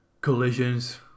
collisions